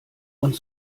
und